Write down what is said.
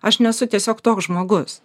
aš nesu tiesiog toks žmogus